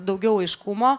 daugiau aiškumo